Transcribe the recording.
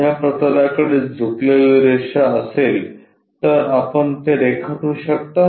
उभ्या प्रतलाकडे झुकलेली रेषा असेल तर आपण ते रेखाटू शकता